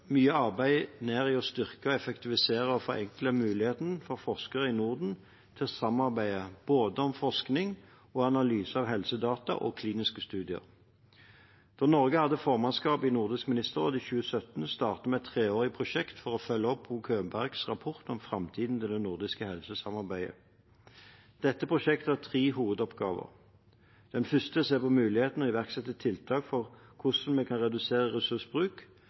mye arbeid i å styrke, effektivisere og forenkle muligheten for forskere i Norden til å samarbeide – både om forskning og analyser av helsedata og kliniske studier. Da Norge hadde formannskapet i Nordisk ministerråd i 2017, startet vi et treårig prosjekt for å følge opp Bo Könbergs rapport om framtiden til det nordiske helsesamarbeidet. Dette prosjektet har tre hovedoppgaver: Den første er å se på mulighetene og iverksette tiltak for hvordan vi kan redusere ressursbruk